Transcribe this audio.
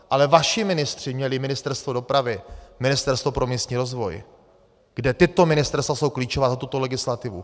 Ale vaši ministři měli Ministerstvo dopravy, Ministerstvo pro místní rozvoj, kde tato ministerstva jsou klíčová za tuto legislativu.